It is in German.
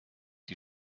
die